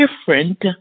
different